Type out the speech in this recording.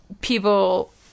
people